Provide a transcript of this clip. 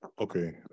Okay